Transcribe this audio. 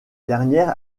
dernière